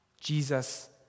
Jesus